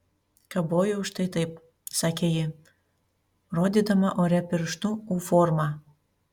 kabojau štai taip sakė ji rodydama ore pirštu u formą